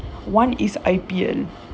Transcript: one is I_P_L